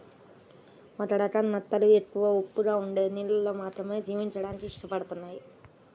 ఒక రకం నత్తలు ఎక్కువ ఉప్పగా ఉండే నీళ్ళల్లో మాత్రమే జీవించడానికి ఇష్టపడతయ్